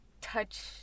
touch